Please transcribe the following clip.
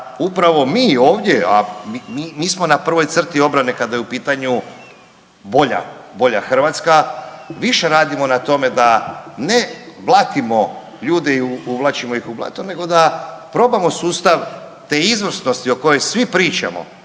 upravo mi ovdje, a mi smo na prvoj crti obrane kada je u pitanju bolja, bolja Hrvatska, više radimo na tome da ne blatimo ljude i uvlačimo ih u blato nego da probamo sustav te izvrsnosti o kojem svi pričamo